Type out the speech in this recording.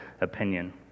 opinion